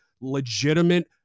legitimate